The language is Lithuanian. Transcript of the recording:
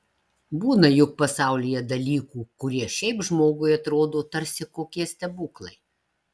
būna juk pasaulyje dalykų kurie šiaip žmogui atrodo tarsi kokie stebuklai